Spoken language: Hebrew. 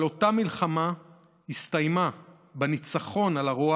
אבל אותה מלחמה הסתיימה בניצחון על הרוע